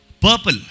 Purple